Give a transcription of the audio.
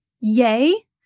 Yay